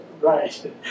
right